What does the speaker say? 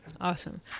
awesome